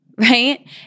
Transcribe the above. right